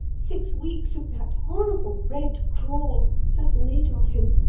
six weeks of that horrible red crawl have made of him.